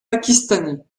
pakistanais